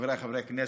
חבריי חברי הכנסת,